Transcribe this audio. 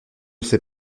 sais